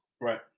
Right